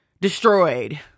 destroyed